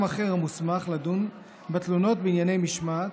אחר המוסמך לדון בתלונות בענייני משמעת,